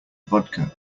vodka